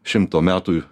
šimto metų